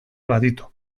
baditu